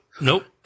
nope